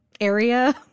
area